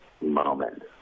moment